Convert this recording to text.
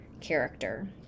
character